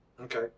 Okay